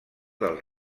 del